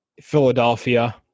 Philadelphia –